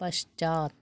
पश्चात्